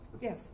yes